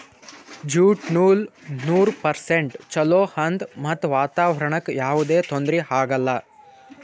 jute ನೂಲ್ ನೂರ್ percent ಚೊಲೋ ಆದ್ ಮತ್ತ್ ವಾತಾವರಣ್ಕ್ ಯಾವದೇ ತೊಂದ್ರಿ ಆಗಲ್ಲ